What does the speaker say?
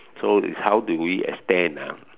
so is how do we extend ah